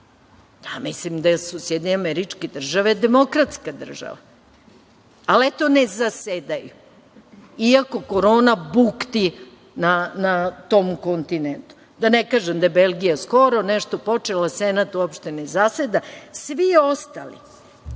Ja mislim da su SAD demokratska država. Ali, eto, ne zasedaju, iako Korona bukti na tom kontinentu. Da ne kažem da je Belgija skoro nešto počela, ali Senat uopšte ne zaseda. Svi ostali,